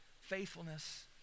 faithfulness